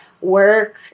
work